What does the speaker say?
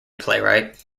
playwright